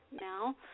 now